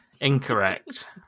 Incorrect